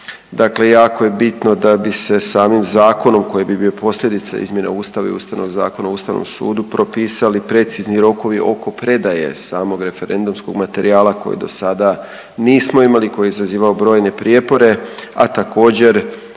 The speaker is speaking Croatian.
dakle jako je bitno da bi se samim zakonom koji bi bio posljedica izmjena Ustava i Ustavnog zakona o Ustavnom sudu propisali precizni rokovi oko predaje samog referendumskog materijala koji dosada nismo imali, koji je izazivao brojne prijepore, a također